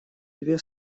две